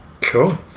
Cool